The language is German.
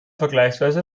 vergleichsweise